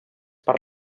per